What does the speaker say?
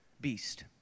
beast